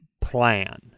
Plan